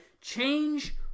Change